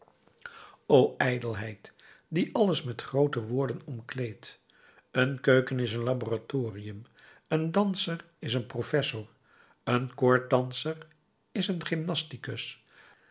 o ijdelheid die alles met groote woorden omkleedt een keuken is een laboratorium een danser is een professor een koorddanser is een gymnasticus een